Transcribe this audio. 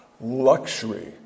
Luxury